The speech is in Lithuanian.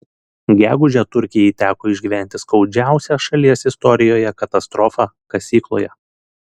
gegužę turkijai teko išgyventi skaudžiausią šalies istorijoje katastrofą kasykloje